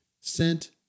sent